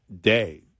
day